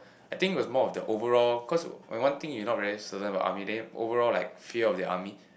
I think it was more of the overall cause when one thing you not very certain about army then overall like fear of the army